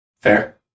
fair